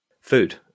food